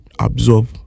absorb